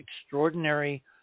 extraordinary